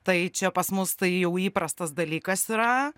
tai čia pas mus tai jau įprastas dalykas yra